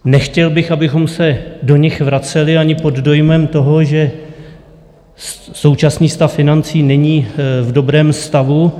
Nechtěl bych, abychom se do nich vraceli, ani pod dojmem toho, že současný stav financí není v dobrém stavu.